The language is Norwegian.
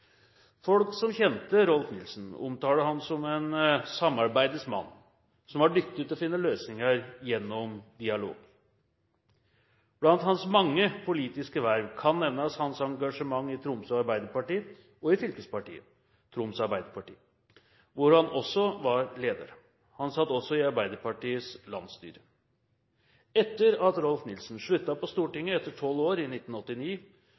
Folk som kjente Rolf Nilssen, omtaler ham som en samarbeidets mann som var dyktig til å finne løsninger gjennom dialog. Blant hans mange politiske verv kan nevnes hans engasjement i Tromsø Arbeiderparti og i fylkespartiet, Troms Arbeiderparti – hvor han også var leder. Han satt også i Arbeiderpartiets landsstyre. Etter at Rolf Nilssen sluttet på Stortinget etter 12 år, i 1989,